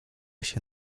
się